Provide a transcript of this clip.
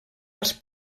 als